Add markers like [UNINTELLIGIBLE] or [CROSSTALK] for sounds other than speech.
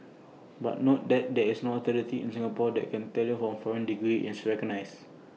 but note that there is no authority in Singapore that can tell [UNINTELLIGIBLE] foreign degree is recognised